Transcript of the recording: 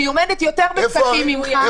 אני עומדת יותר בפקקים ממך,